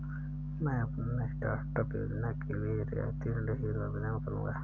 मैं अपने स्टार्टअप योजना के लिए रियायती ऋण हेतु आवेदन करूंगा